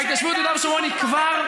וההתיישבות ביהודה ושומרון היא כבר,